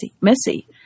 Missy